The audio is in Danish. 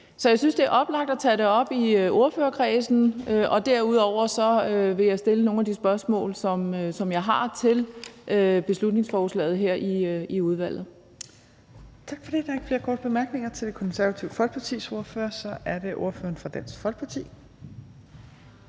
Så jeg synes, det er oplagt at tage det op i ordførerkredsen, og derudover vil jeg stille nogle af de spørgsmål, som jeg har til beslutningsforslaget her, i udvalget.